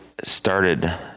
started